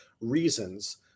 reasons